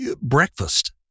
breakfast